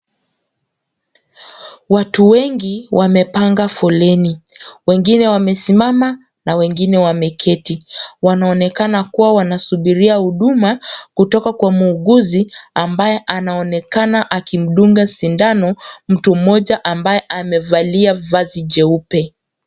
Watu wengi wamepanga foleni wengine wamesimama na wengine wameketi wanaonekana kuwa wanasubiria huduma kutoka kwa muuguzi ambaye anaonekana akimdunga sindano mtu moja ambaye amevalia vazi jeupe.